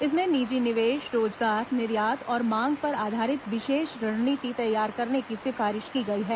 इसमें निजी निवेश रोजगार निर्यात और मांग पर आधारित विशेष रणनीति तैयार करने की सिफारिश की गई है